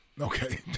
Okay